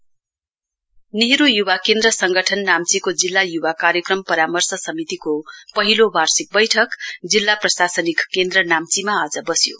NYKS meeting Nehru Yuva Kendra Sangathan नाम्चीको जिल्ला युवा कार्यक्रम परामर्श समितिको पहिलो वार्षिक बैठकजिल्ला प्रशासनिक केन्द्र नाम्चीमा आज बस्यो